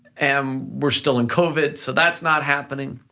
and um we're still in covid, so that's not happening.